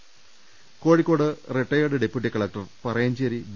രുവെട്ടിരു Kozhikode retired deputy collector Parayancheri V